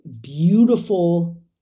beautiful